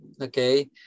Okay